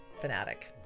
fanatic